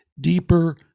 deeper